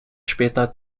später